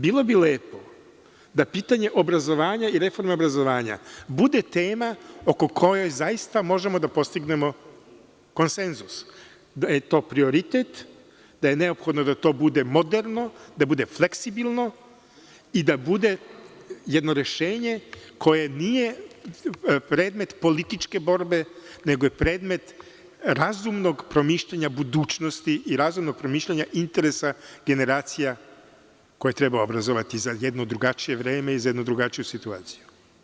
Bilo bi lepo da pitanje obrazovanja i reforma obrazovanja bude tema oko koje zaista možemo da postignemo konsenzus da je to prioritet, da je neophodno da to bude moderno, da bude fleksibilno i da bude jedno rešenje koje nije predmet političke borbe, nego je predmet razumnog promišljanja budućnosti i razumnog promišljanja interesa generacija koje treba obrazovati za jedno drugačije vreme i za jednu drugačiju situaciju.